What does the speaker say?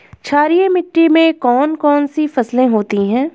क्षारीय मिट्टी में कौन कौन सी फसलें होती हैं?